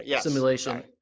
simulation